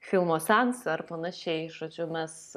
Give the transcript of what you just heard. filmo seansą ar panašiai žodžiu mes